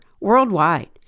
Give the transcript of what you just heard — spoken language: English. worldwide